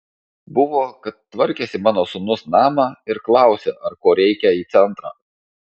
buvo kad tvarkėsi mano sūnus namą ir klausia ar ko reikia į centrą